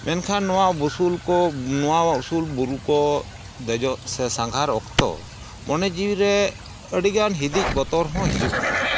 ᱢᱮᱱᱠᱷᱟᱱ ᱱᱚᱣᱟ ᱵᱩᱥᱩᱞ ᱠᱚ ᱱᱚᱣᱟ ᱩᱥᱩᱞ ᱵᱩᱨᱩ ᱠᱚ ᱫᱮᱡᱚᱜ ᱥᱮ ᱥᱟᱸᱜᱷᱟᱨ ᱚᱠᱛᱚ ᱢᱚᱱᱮ ᱡᱤᱣᱤᱨᱮ ᱟᱹᱰᱤᱜᱟᱱ ᱦᱤᱸᱫᱤᱡ ᱵᱚᱛᱚᱨ ᱦᱚᱸ ᱦᱤᱡᱩᱜ ᱜᱮᱭᱟ